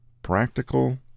practical